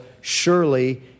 surely